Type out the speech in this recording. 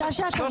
שלוש